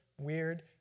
weird